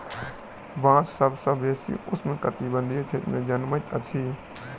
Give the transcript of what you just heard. बांस सभ सॅ बेसी उष्ण कटिबंधीय क्षेत्र में जनमैत अछि